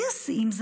ושיא השיאים,